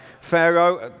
Pharaoh